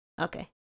Okay